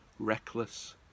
reckless